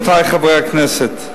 רבותי חברי הכנסת,